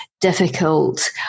difficult